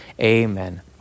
amen